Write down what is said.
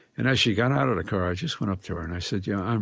and as she got out of the car, i just went up to her and i said, yeah um